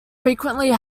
frequently